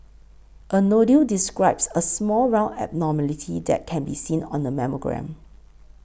a nodule describes a small round abnormality that can be seen on a mammogram